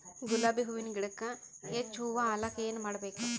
ಗುಲಾಬಿ ಹೂವಿನ ಗಿಡಕ್ಕ ಹೆಚ್ಚ ಹೂವಾ ಆಲಕ ಏನ ಮಾಡಬೇಕು?